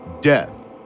Death